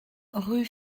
rue